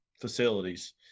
facilities